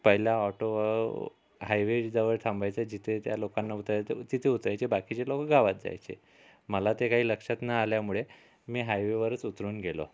पहिला ऑटो हायवेजवळ थांबायचा जिथे ज्या लोकांना उतरायचे तिथे उतरायचे बाकीचे लोक गावात जायचे मला ते काही लक्षात न आल्यामुळे मी हायवेवरच उतरून गेलो